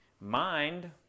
mind